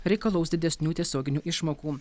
reikalaus didesnių tiesioginių išmokų